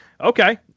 Okay